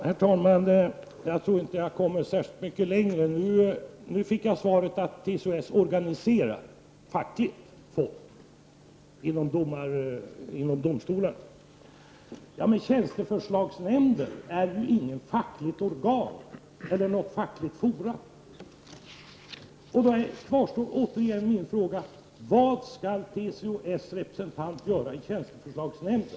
Herr talman! Jag tror inte att jag kommer särskilt mycket längre med den här frågan. Nu fick jag svaret att TCO-S organiserar människor inom domstolarna fackligt. Tjänsteförslagsnämnden är inget fackligt organ och inget fackligt forum. Min fråga kvarstår: Vad skall TCO-S representant göra i tjänsteförslagsnämnden?